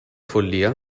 follia